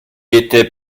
étaient